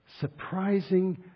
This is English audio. surprising